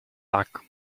так